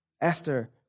Esther